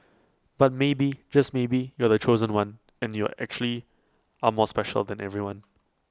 but maybe just maybe you're the chosen one and you're actually are more special than everyone